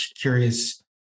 curious